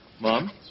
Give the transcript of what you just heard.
Mom